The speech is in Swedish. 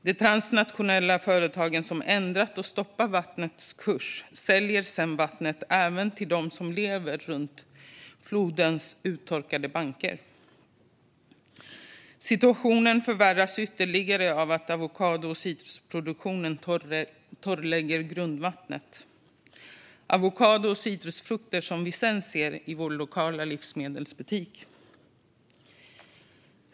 De transnationella företag som har ändrat och stoppat vattnets kurs säljer sedan vattnet även till dem som lever runt flodens uttorkade bankar. Situationen förvärras ytterligare av att avokado och citrusproduktionen torrlägger grundvattnet. Det är avokador och citrusfrukter som vi sedan ser i vår lokala livsmedelsbutik.